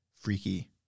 freaky